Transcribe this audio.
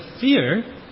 fear